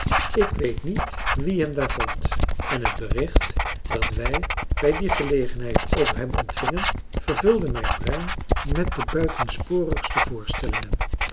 ik weet niet wie hem daar vond en het bericht dat wij bij die gelegenheid over hem ontvingen vervulde mijn brein met de buitensporigste voorstellingen